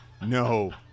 No